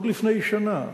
עוד לפני שנה,